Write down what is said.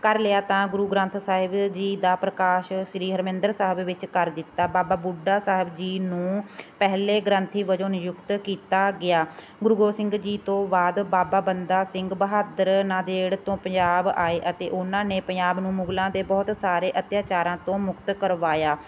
ਕਰ ਲਿਆ ਤਾਂ ਗੁਰੂ ਗ੍ਰੰਥ ਸਾਹਿਬ ਜੀ ਦਾ ਪ੍ਰਕਾਸ਼ ਸ੍ਰੀ ਹਰਿਮੰਦਰ ਸਾਹਿਬ ਵਿੱਚ ਕਰ ਦਿੱਤਾ ਬਾਬਾ ਬੁੱਢਾ ਸਾਹਿਬ ਜੀ ਨੂੰ ਪਹਿਲੇ ਗ੍ਰੰਥੀ ਵੱਜੋਂ ਨਿਯੁਕਤ ਕੀਤਾ ਗਿਆ ਗੁਰੂ ਗੋਬਿੰਦ ਸਿੰਘ ਜੀ ਤੋਂ ਬਾਅਦ ਬਾਬਾ ਬੰਦਾ ਸਿੰਘ ਬਹਾਦਰ ਨਾਂਦੇੜ ਤੋਂ ਪੰਜਾਬ ਆਏ ਅਤੇ ਉਹਨਾਂ ਨੇ ਪੰਜਾਬ ਨੂੰ ਮੁਗਲਾਂ ਦੇ ਬਹੁਤ ਸਾਰੇ ਅੱਤਿਆਚਾਰਾਂ ਤੋਂ ਮੁਕਤ ਕਰਵਾਇਆ